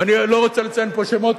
ואני לא רוצה לציין פה שמות,